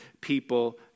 people